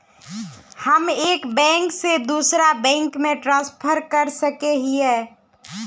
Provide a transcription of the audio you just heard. हम एक बैंक से दूसरा बैंक में ट्रांसफर कर सके हिये?